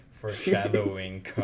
foreshadowing